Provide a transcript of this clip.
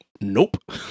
Nope